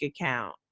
account